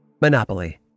Monopoly